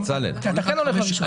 אתה כן הולך לראשון.